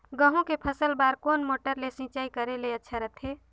गहूं के फसल बार कोन मोटर ले सिंचाई करे ले अच्छा रथे?